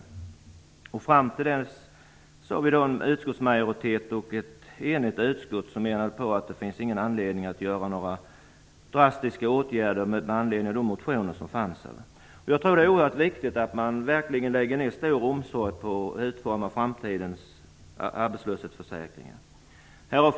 Fram till dess menar ett enigt utskott att det inte finns anledning att vidta några drastiska åtgärder med anledning av de motioner som finns. Jag tror att det är oerhört viktigt att man verkligen lägger ned stor omsorg på att utforma framtidens arbetslöshetsförsäkringar.